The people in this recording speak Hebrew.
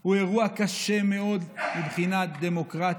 הוא אירוע קשה מאוד מבחינה דמוקרטית,